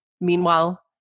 meanwhile